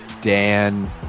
Dan